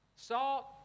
Salt